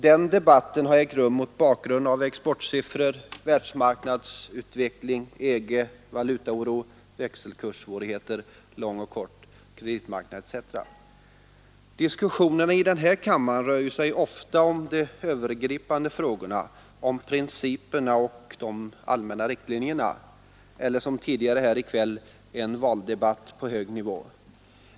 Den debatten har ägt rum mot bakgrund av exportsiffror, världsmarknadsutveckling, EG, valutaoro, växelkurssvårigheter, lång och kort kreditmarknad etc Debatten här i kammaren rör sig ju ofta om de övergripande frågorna, om principerna och de allmänna riktlinjerna eller blir, som tidigare här i kväll, en valdebatt på hög nivå.